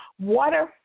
Water